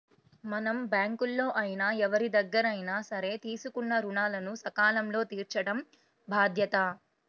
మనం బ్యేంకుల్లో అయినా ఎవరిదగ్గరైనా సరే తీసుకున్న రుణాలను సకాలంలో తీర్చటం బాధ్యత